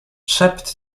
szept